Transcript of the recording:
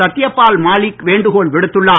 சத்யபால் மாலிக் வேண்டுகோள் விடுத்துள்ளார்